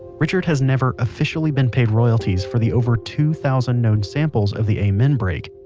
richard has never officially been paid royalties for the over two-thousand known samples of the amen break,